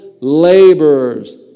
laborers